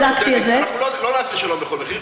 אנחנו לא נעשה שלום בכל מחיר,